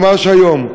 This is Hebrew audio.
ממש היום,